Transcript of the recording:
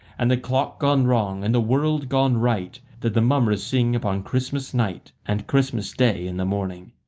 and the clock gone wrong and the world gone right, that the mummers sing upon christmas night and christmas day in the morning.